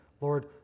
Lord